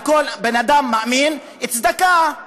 על כל בן-אדם מאמין, צדקה.